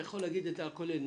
אתה יכול לומר כולל נורמטיבית.